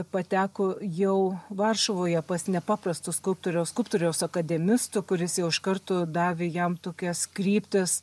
pateko jau varšuvoje pas nepaprastu skulptoriu o skulptoriaus akademistu kuris jau iš karto davė jam tokias kryptis